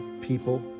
people